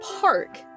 park